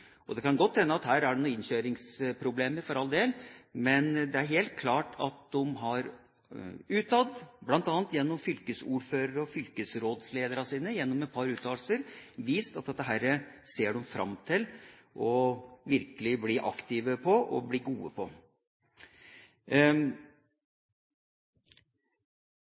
innkjøringsproblemer – for all del – men det er helt klart at de utad, bl.a. gjennom et par uttalelser fra fylkesordførere og fylkesrådsledere, har vist at dette ser de fram til virkelig å bli aktive og gode på.